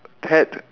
pet